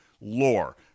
lore